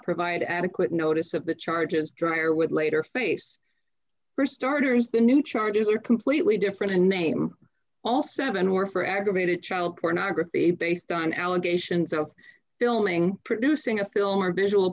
provide adequate notice of the charges dryer would later face for starters the new charges are completely different to name all seven or for aggravated child pornography based on allegations of filming producing a film or